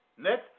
Next